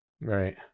Right